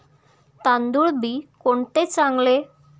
तांदूळ बी कोणते चांगले?